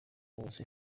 ntegereje